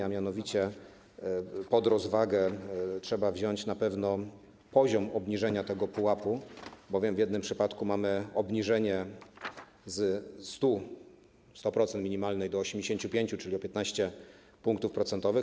A mianowicie pod rozwagę trzeba wziąć na pewno poziom obniżenia tego pułapu, bowiem w jednym przypadku mamy obniżenie ze 100% minimalnej do 85%, czyli o 15 punktów procentowych.